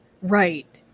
Right